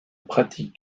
pratique